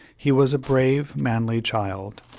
he was a brave, manly child,